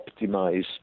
optimize